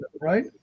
right